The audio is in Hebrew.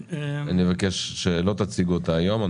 אני אבקש שלא תציגו אותה היום.